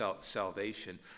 salvation